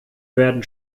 werden